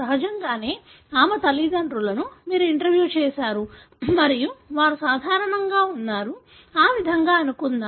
సహజంగానే ఆమె తల్లిదండ్రులను మీరు ఇంటర్వ్యూ చేసారు మరియు వారు సాధారణంగా ఉన్నారు ఆ విధంగా అనుకుందాం